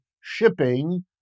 shipping